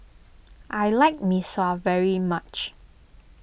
I like Mee Sua very much